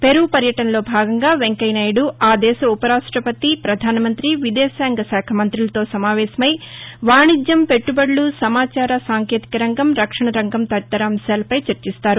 Peru పర్యటనలో భాగంగా వెంకయ్యనాయుడు ఆ దేశ ఉప రాష్టపతి ప్రధానమంత్రి విదేశాంగ మంత్రులతో సమావేశమైవాణిజ్యం పెట్టబడులు సమాచార సాంకేతిక రంగం రక్షణరంగం తదితర అంశాలపై చర్చిస్తారు